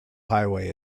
highway